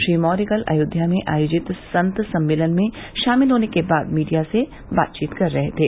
श्री मौर्य कल अयोध्या में आयोजित सन्त सम्मेलन में शामिल होने के बाद मीडिया से बातचीत कर रहे थे